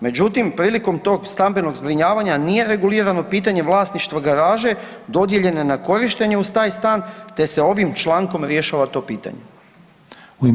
Međutim, prilikom tog stambenog zbrinjavanja nije regulirano pitanje vlasništvo garaže dodijeljene na korištenje uz taj stan, te se ovim člankom rješava to pitanje.